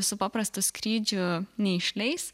su paprastu skrydžiu neišleis